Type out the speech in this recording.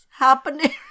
happening